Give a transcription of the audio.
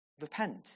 repent